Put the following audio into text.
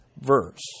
verse